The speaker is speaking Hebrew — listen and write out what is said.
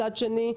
מצד שני,